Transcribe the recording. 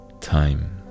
Time